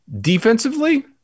Defensively